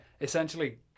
essentially